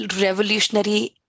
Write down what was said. revolutionary